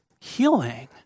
healing